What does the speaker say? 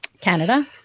Canada